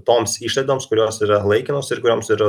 toms išlaidoms kurios yra laikinos ir kurioms yra